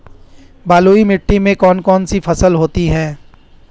बलुई मिट्टी में कौन कौन सी फसल होती हैं?